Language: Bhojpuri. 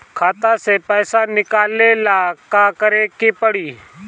खाता से पैसा निकाले ला का करे के पड़ी?